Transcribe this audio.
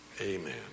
Amen